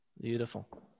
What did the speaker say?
Beautiful